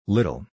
Little